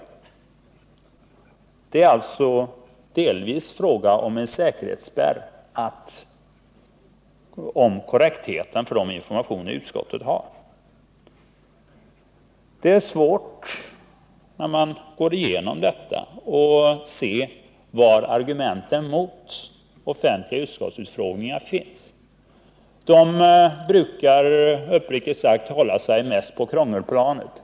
Det är alltså delvis fråga om en säkerhetsspärr, om att se till att de informationer utskottet har är riktiga. När man går igenom detta är det svårt att se vilka argument som kan finnas mot offentliga utskottsutfrågningar. De brukar uppriktigt sagt hålla sig mest på krångelplanet.